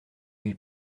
lui